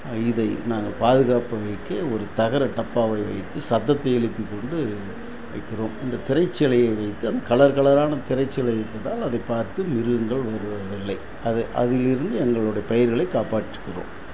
இதை நாங்கள் பாதுகாப்பாக வைக்க ஒரு தகர டப்பாவை வைத்து சத்தத்தை எழுப்பி கொண்டு வைக்கிறோம் இந்த திரைசீலையை வைத்து அது கலர் கலரான திரைசீலை இருப்பதால் அதை பார்த்து மிருகங்கள் வருவதில்லை அது அதிலிருந்து எங்களோட பயிர்களை காப்பாற்றுகிறோம்